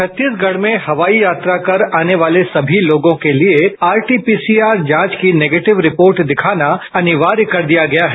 छत्तीसगढ में हवाई यात्रा कर आने वाले सभी लोगों के लिए आरटी पीसीआर जांच की निगेटिव रिपोर्ट दिखाना अनिवार्य कर दिया गया है